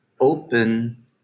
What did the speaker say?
open